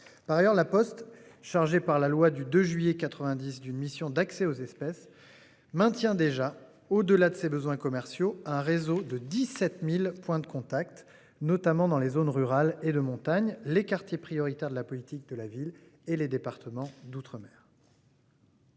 Par ailleurs, la Poste. Chargé par la loi du 2 juillet 90 d'une mission d'accès aux espèces maintient déjà au-delà de ses besoins commerciaux, un réseau de 17.000 points de contact, notamment dans les zones rurales et de montagne, les quartiers prioritaires de la politique de la ville et les départements d'outre-mer.